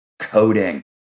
coding